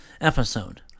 episode